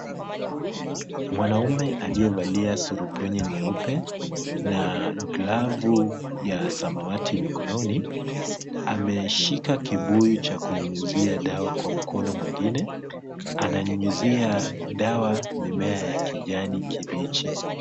Mwanaume aliyevalia surupwenye nyeupe na glavu ya samawati mikononi, ameshika kibuyu cha kunyunyizia dawa kwa mkono mwingine. Ananyunyizia dawa mimea ya kijani kibichi.